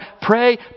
pray